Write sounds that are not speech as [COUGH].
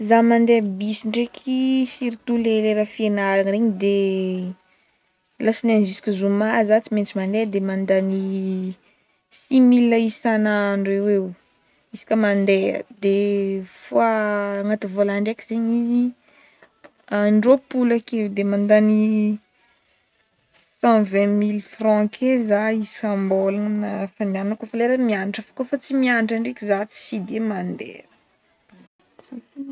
Za mandeha busy ndraiky surtout le lera fianaragna regny de, [HESITATION] latsinainy juska zoma za tsy maintsy mande de mandagny six mille isan'andro eoeo isaka mandeha, de fois agnaty volan-draiky zegny izy, an-droapolo ake de mandagny [HESITATION] cent vignt mille franc ake za isam-bolagna fandehanako fa lera miagnatra fa kaofa tsy mianatra za de tsy mande.